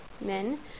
men